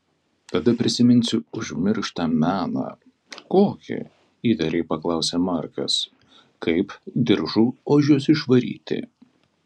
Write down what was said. tada prisiminsiu užmirštą meną kokį įtariai paklausė markas kaip diržu ožius išvaryti